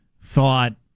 thought